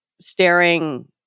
staring